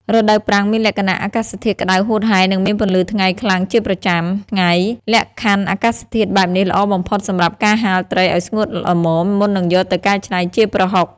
រដូវប្រាំងមានលក្ខណៈអាកាសធាតុក្តៅហួតហែង និងមានពន្លឺថ្ងៃខ្លាំងជាប្រចាំថ្ងៃ លក្ខខណ្ឌអាកាសធាតុបែបនេះល្អបំផុតសម្រាប់ការហាលត្រីឱ្យស្ងួតល្មម មុននឹងយកទៅកែច្នៃជាប្រហុក។